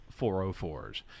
404s